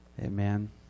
Amen